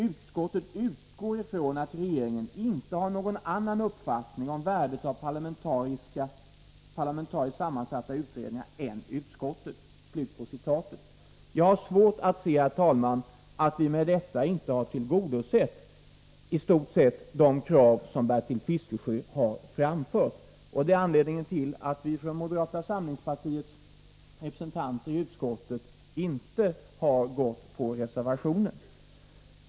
——— Utskottet utgår ifrån att regeringen inte har någon annan uppfattning om värdet av parlamentariskt sammansatta utredningar än utskottet.” Jag har svårt att se, herr talman, att vi med detta inte har tillgodosett i stort sett de krav som Bertil Fiskesjö har framfört, och det är anledningen till att vi, moderata samlingspartiets representanter i utskottet, inte har stött reservationen.